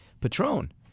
Patron